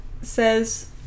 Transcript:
says